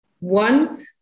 want